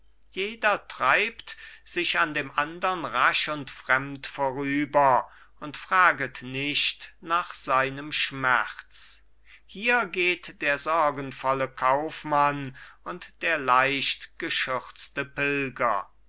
jeder treibt sich an dem andern rasch und fremd vorüber und fraget nicht nach seinem schmerz hier geht der sorgenvolle kaufmann und der leicht geschürzte pilger